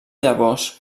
llavors